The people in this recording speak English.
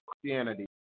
Christianity